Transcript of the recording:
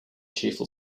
cheerful